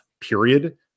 period